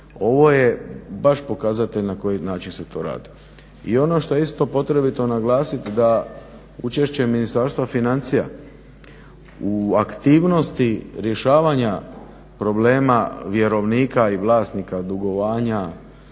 Ovo je baš pokazatelj na koji način se ovo radi. I ovo što je isto potrebito naglasiti da učešće Ministarstva financija u aktivnosti rješavanja problema vjerovnika i vlasnika dugovanja,